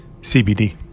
CBD